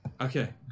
Okay